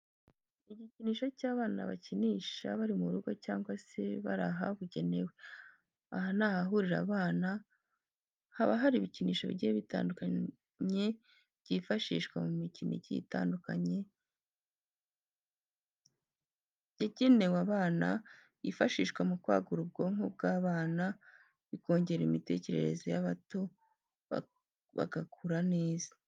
Ni igikinisho cy'abana bakinisha bari mu rugo cyangwa se bari ahabugenewe. Aha ni ahahurira abana, haba hari ibikinisho bigiye bitandukanye byifashishwa mu mikino igiye itandukanye yangenewe abana yifashishwa mu kwagura ubwonko bw'abana bikongera imitekerereze y'abato bagakura neza.